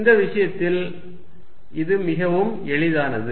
இந்த விஷயத்தில் இது மிகவும் எளிதானது